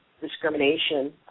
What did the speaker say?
discrimination